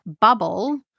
bubble